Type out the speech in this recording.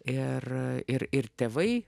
ir ir ir tėvai